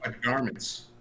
garments